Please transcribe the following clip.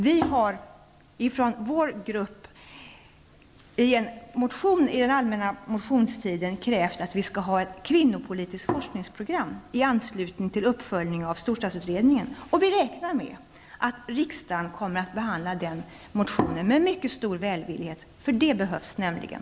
Vi har från vår grupp i en motion under den allmänna motionstiden krävt ett kvinnopolitiskt forskningsprogram i anslutning till uppföljning av storstadsutredningen. Vi räknar med att riksdagen kommer att behandla den motionen med mycket stor välvillighet. Det behövs nämligen.